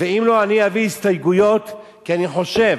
ואם לא, אני אביא הסתייגויות, כי אני חושב